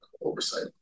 oversight